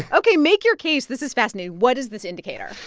ok. make your case. this is fascinating. what is this indicator?